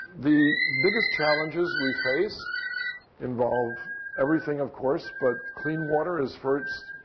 the biggest challenges we face involve everything, of course, but clean water is first.